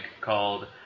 called